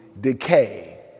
decay